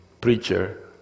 preacher